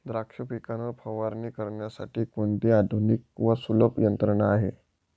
द्राक्ष पिकावर फवारणी करण्यासाठी कोणती आधुनिक व सुलभ यंत्रणा आहे?